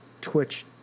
twitch